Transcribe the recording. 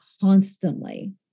constantly